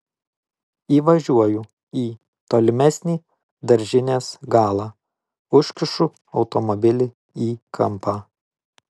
įvažiuoju į tolimesnį daržinės galą užkišu automobilį į kampą